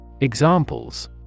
Examples